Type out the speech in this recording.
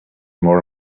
more